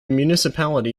municipality